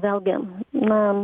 vėlgi na